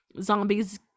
zombies